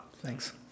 Thanks